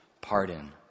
pardon